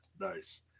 nice